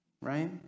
right